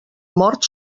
mort